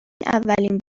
اولین